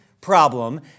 problem